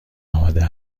آمده